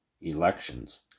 elections